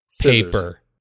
paper